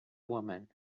woman